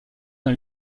dans